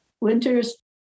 winters